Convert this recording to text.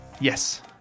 Yes